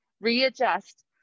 readjust